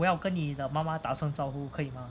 我要跟你的妈妈打声招呼可以吗